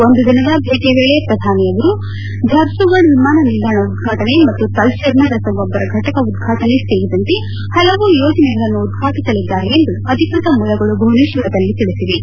ಒಂದು ದಿನದ ಭೇಟಿ ವೇಳಿ ಪ್ರಧಾನಿ ಅವರು ಝಾರ್ಸುಗುಡ ವಿಮಾನ ನಿಲ್ದಾಣ ಉದ್ಘಾಟನೆ ಮತ್ತು ತಲಚೇರ್ನ ರಸಗೊಬ್ಬರ ಘಟಕ ಉದ್ಘಾಟನೆ ಸೇರಿದಂತೆ ಹಲವು ಯೋಜನೆಗಳನ್ನು ಉದ್ಘಾಟಿಸಲಿದ್ದಾರೆ ಎಂದು ಅಧಿಕೃತ ಮೂಲಗಳು ಭುವನೇಶ್ವರದಲ್ಲಿ ತಿಳಿಸಿವೆ